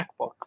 MacBook